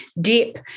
dip